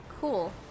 Cool